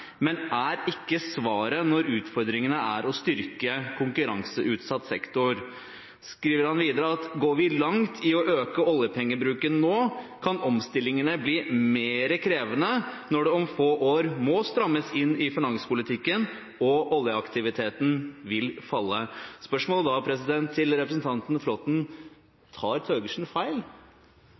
men er ikke svaret når utfordringen er å styrke konkurranseutsatt sektor.» Så skriver han videre: «Går vi langt i å øke bruken av oljeinntekter nå, kan omstillingene bli mer krevende når det om få år må strammes inn igjen i finanspolitikken samtidig som oljeaktiviteten ventes å fortsette å falle.» Spørsmålet til representanten Flåtten blir da: Tar Thøgersen feil?